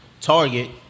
target